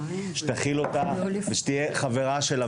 תכיל אותה ותהיה חברה שלה,